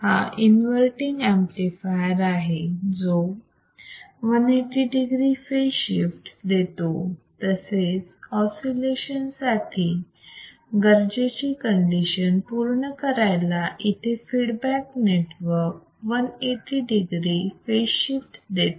हा inverting amplifier आहे जो 180 degree फेज शिफ्ट देतो तसेच ऑसिलेशन साठी गरजेची कंडिशन पूर्ण करायला इथे feedback network 180 degree phase shift देतो